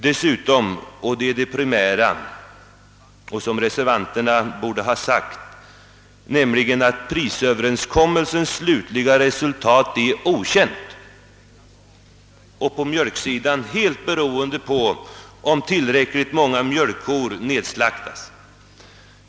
Dessutom — det är det primära som reservanterna borde ha sagt — är prisöverenskommelsens = slutliga resultat okänt och på mjölksidan helt beroende av om tillräckligt många mjölkkor nedslaktas.